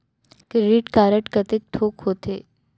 Credit card कतेक ठोक होथे?